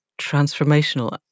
transformational